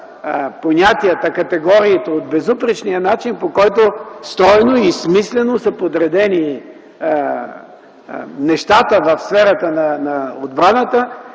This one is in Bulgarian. понятията, категориите, от безупречния начин, по който стройно и смислено са подредени нещата в сферата на отбраната,